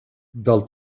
del